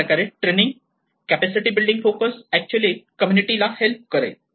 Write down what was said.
अशाप्रकारे training capacity building focus actually community help करेल